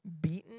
beaten